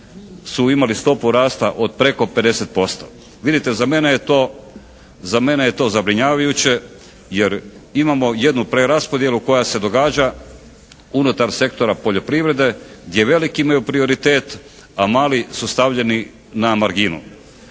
su imali stopu rasta od preko 50%. Vidite, za mene je to, za mene je to zabrinjavajuće. Jer imamo jednu preraspodjelu koja se događa unutar sektora poljoprivrede gdje veliki imaju prioritet, a mali su stavljeni na marginu.